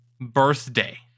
birthday